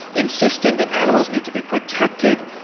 insisting that animals need to be protected,